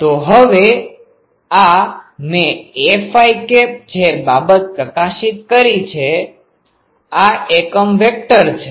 તો હવે આ મેં a જે બાબત પ્રકાશિત કરી છે આ એકમ વેક્ટર છે